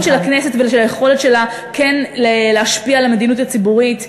של הכנסת וליכולת שלה כן להשפיע על המדיניות הציבורית.